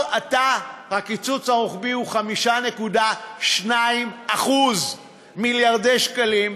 כבר עתה הקיצוץ הרוחבי הוא 5.2%. מיליארדי שקלים.